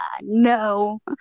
no